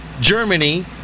Germany